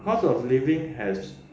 cost of living has